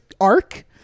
arc